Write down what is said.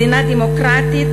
מדינה דמוקרטית